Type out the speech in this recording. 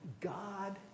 God